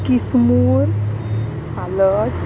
किसमूर सालद